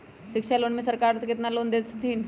शिक्षा लोन में सरकार केतना लोन दे हथिन?